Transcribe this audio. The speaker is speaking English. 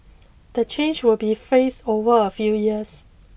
the change will be phased over a few years